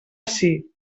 ací